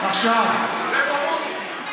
זו בורות.